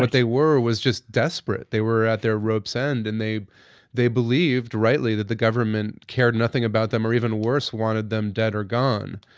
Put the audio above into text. but they were was just desperate. they were at their ropes end, and they they believed rightly that the government cared nothing about them or even worse, wanted them dead or gone.